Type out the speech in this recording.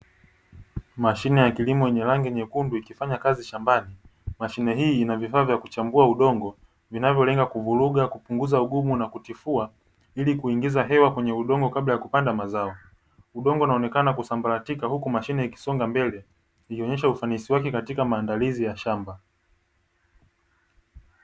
Mashine ya kilimo yenye rangi nyekundu ikifanya kazi shambani. Mashine hii Ina vifaa vya kuchambua udongo vinavyolenga kuvuruga, kupunguza ugumu na kutifua ili kuingiza hewa kwenye udongo kabla ya kupanda mazao. Udongo unaonekana kusambaratika huku mashine ikisonga mbele ikionyesha ufanisi wake katika maandalizi ya shamba.